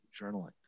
journaling